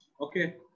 Okay